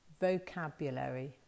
vocabulary